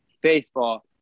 baseball